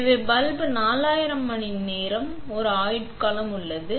எனவே பல்ப் 4000 மணி நேரம் ஒரு ஆயுட்காலம் உள்ளது